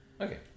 Okay